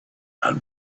had